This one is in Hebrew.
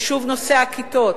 חשוב נושא הכיתות.